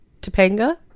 Topanga